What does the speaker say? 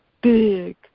big